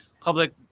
public